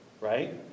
Right